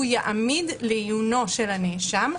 הוא יעמיד לעיונו של הנאשם,